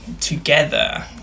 together